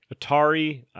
Atari